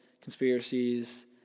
conspiracies